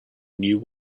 new